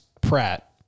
Pratt